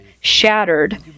shattered